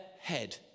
head